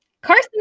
Carson